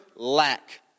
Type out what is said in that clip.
lack